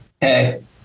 Hey